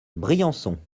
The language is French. briançon